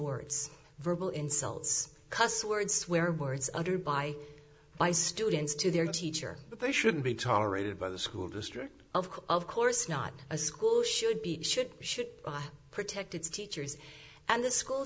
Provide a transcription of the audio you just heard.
words verbal insults cuss word swear words uttered by my students to their teacher but i shouldn't be tolerated by the school district of of course not a school should be should should protect its teachers and the school